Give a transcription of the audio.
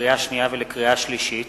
לקריאה שנייה ולקריאה שלישית: